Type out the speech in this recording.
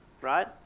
right